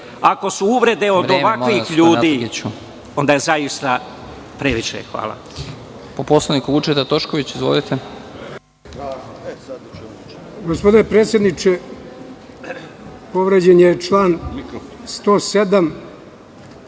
ako su uvrede od ovakvih ljudi, onda je zaista previše. Hvala.